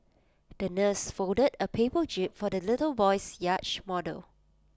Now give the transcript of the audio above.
the nurse folded A paper jib for the little boy's yacht model